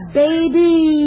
baby